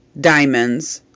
diamonds